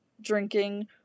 drinking